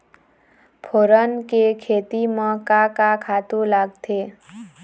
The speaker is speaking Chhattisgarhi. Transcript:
फोरन के खेती म का का खातू लागथे?